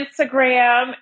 Instagram